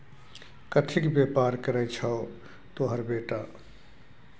कथीक बेपार करय छौ तोहर बेटा?